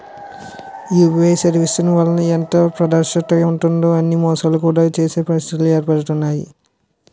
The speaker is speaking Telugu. యూపీఐ సర్వీసెస్ వలన ఎంత పారదర్శకత ఉంటుందో అని మోసాలు కూడా చేసే పరిస్థితిలు ఏర్పడుతుంటాయి